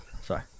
Sorry